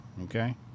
Okay